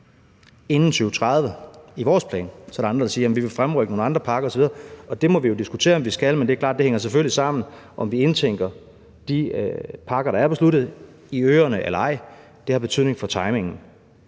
inden 2030, i vores plan. Så er der andre, der siger, at de vil fremrykke nogle andre parker osv., og det må vi jo diskutere om vi skal, men det er klart, at det selvfølgelig hænger sammen. Om vi indtænker de parker, der er besluttet, i øerne eller ej, har betydning for timingen.